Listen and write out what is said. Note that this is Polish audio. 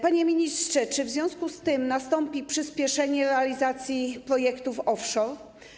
Panie ministrze, czy w związku z tym nastąpi przyspieszenie realizacji projektów offshore?